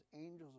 angels